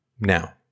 Now